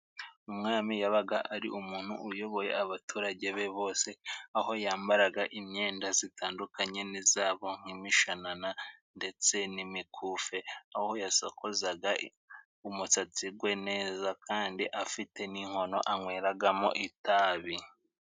Umwami yabaga ari umuntu uyoboye abaturage be bose, aho yambaraga imyenda zitandukanye n'izabo nk'imishanana ndetse n'imikufe, aho yasokozaga umusatsi we neza kandi afite n'inkono anyweragamo itabi.